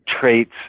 traits